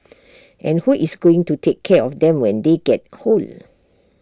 and who is going to take care of them when they get old